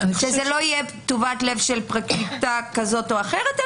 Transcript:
שזה לא יהיה טובת לב של פרקליטה כזו או אחרת.